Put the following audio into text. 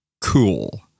Cool